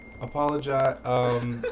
apologize